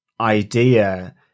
idea